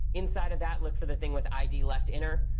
inside of that, look for the thing with id left inner.